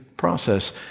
process